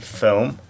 film